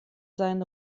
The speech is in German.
sein